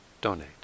donate